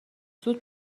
زود